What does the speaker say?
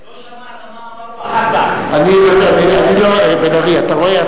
לא שמעת מה אמר, חבר הכנסת בן-ארי, אתה רואה?